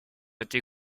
été